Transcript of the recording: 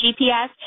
GPS